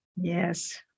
Yes